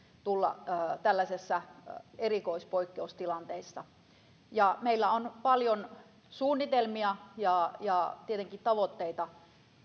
tulla tällaisessa erikoispoikkeustilanteessa meillä on paljon suunnitelmia ja ja tietenkin tavoitteita